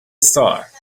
star